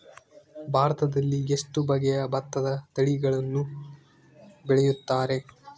ಭಾರತದಲ್ಲಿ ಎಷ್ಟು ಬಗೆಯ ಭತ್ತದ ತಳಿಗಳನ್ನು ಬೆಳೆಯುತ್ತಾರೆ?